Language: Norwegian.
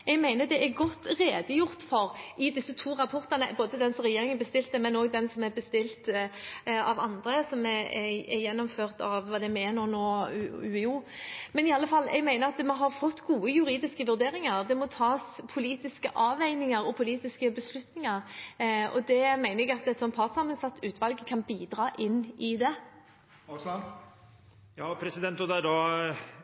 Jeg mener det er godt redegjort for i disse to rapportene – både den som regjeringen bestilte, og den som er bestilt av andre, og som er levert av Menon og Universitetet i Oslo. Jeg mener i alle fall at vi har fått gode juridiske vurderinger. Det må tas politiske avveininger og politiske beslutninger, og det mener jeg at et slikt partssammensatt utvalg kan bidra til. Ja, og det